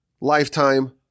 lifetime